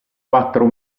quattro